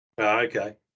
okay